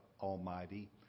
Almighty